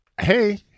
hey